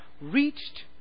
reached